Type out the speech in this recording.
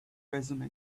resume